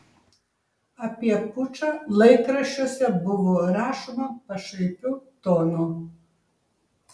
apie pučą laikraščiuose buvo rašoma pašaipiu tonu